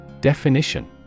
Definition